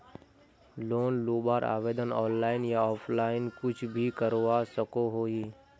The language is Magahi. लोन लुबार आवेदन ऑनलाइन या ऑफलाइन कुछ भी करवा सकोहो ही?